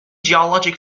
geologic